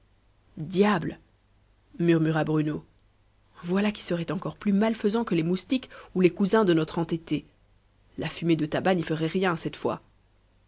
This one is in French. diable murmura bruno voilà qui serait encore plus malfaisant que les moustiques ou les cousins de notre entêté la fumée de tabac n'y ferait rien cette fois